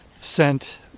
sent